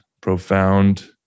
profound